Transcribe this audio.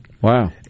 Wow